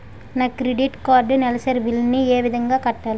నా credit card నెలసరి bill ని ఏ విధంగా కట్టాలి?